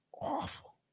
awful